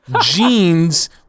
jeans